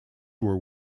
were